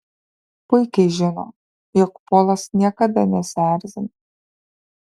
puikiai žino jog polas niekada nesierzina